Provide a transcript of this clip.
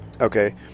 Okay